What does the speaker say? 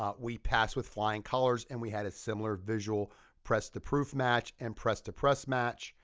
um we pass with flying colors, and we had a similar visual press-to-proof match and press-to-press match.